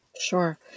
Sure